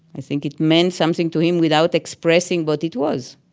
i think it meant something to him without expressing what it was